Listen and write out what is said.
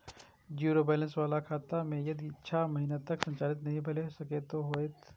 Zero balance बाला खाता में यदि छः महीना तक संचालित नहीं भेल ते कि होयत?